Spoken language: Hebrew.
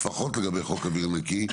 לפחות לגבי חוק אוויר נקי,